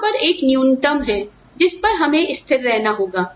यहां पर एक न्यूनतम है जिस पर हमें स्थिर रहना होगा